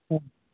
হয়